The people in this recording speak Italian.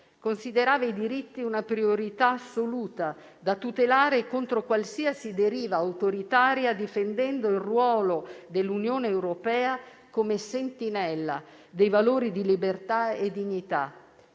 Considerava i diritti una priorità assoluta da tutelare contro qualsiasi deriva autoritaria difendendo il ruolo dell'Unione europea come sentinella dei valori di libertà e dignità.